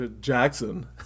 Jackson